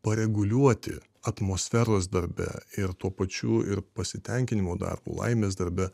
pareguliuoti atmosferos darbe ir tuo pačiu ir pasitenkinimo darbu laimės darbe